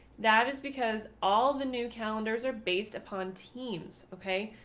that is because all the new calendars are based upon teams. ok,